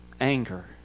anger